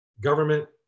government